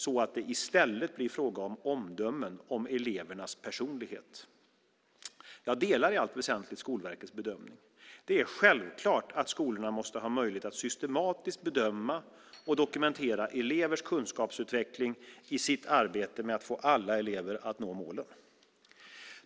så att det i stället blir fråga om omdömen om elevernas personlighet". Jag delar i allt väsentligt Skolverkets bedömning. Det är självklart att skolorna måste ha möjlighet att systematiskt bedöma och dokumentera elevers kunskapsutveckling i sitt arbete med att få alla elever att nå målen.